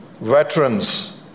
veterans